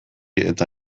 eta